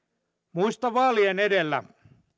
muistan vaalien edellä